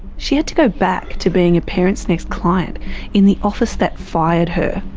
she had to go back to being a parentsnext client in the office that fired her.